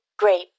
Great